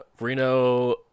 Reno